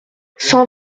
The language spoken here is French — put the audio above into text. cent